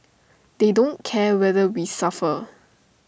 they don't care whether we suffer